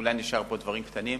אולי נשארו פה דברים קטנים,